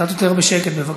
שובר לב.